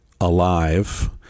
alive